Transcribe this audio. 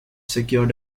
secured